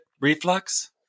reflux